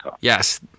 Yes